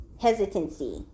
hesitancy